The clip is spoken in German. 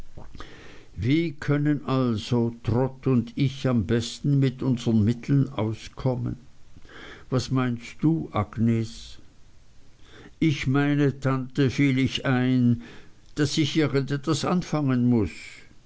wie können also trot und ich am besten mit unsern mitteln auskommen was meinst du agnes ich meine tante fiel ich ein daß ich irgend etwas anfangen muß